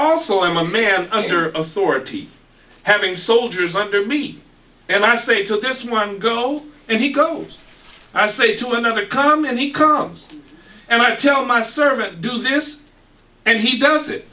also am a man under authority having soldiers under me and i say to this one go and he go and i say to another come and he comes and i tell my servant do this and he does it